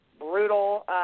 brutal